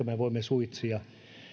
me voimme suitsia